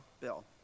bill